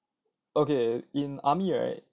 okay in army right